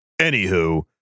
Anywho